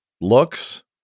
looks